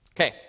Okay